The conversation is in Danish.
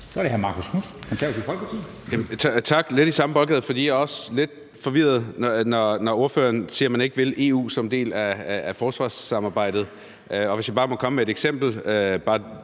Knuth (KF) : Tak. Det bliver lidt i samme boldgade, for jeg er også lidt forvirret, når ordføreren siger, at man ikke vil EU som en del af forsvarssamarbejdet. Og hvis jeg bare må komme med et eksempel,